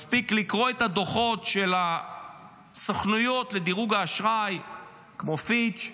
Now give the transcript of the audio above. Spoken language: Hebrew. מספיק לקרוא את הדוחות של הסוכנויות לדירוג האשראי כמו פיץ',